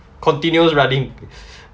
continues running